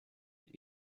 mit